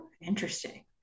interesting